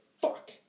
fuck